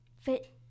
fit